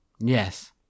Yes